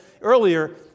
earlier